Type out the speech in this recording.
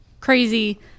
crazy